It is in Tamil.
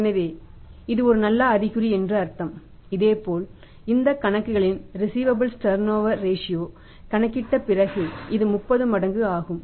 எனவே இது ஒரு நல்ல அறிகுறி என்று அர்த்தம் இதேபோல் இந்த கணக்குகளின் ரிஸீவபல்ஸ் டர்நோவர ரேஷியோ கணக்கிட்ட பிறகு இது 30 மடங்கு ஆகும்